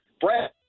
Brad